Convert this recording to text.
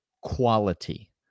quality